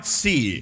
see